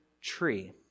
tree